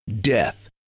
death